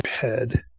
head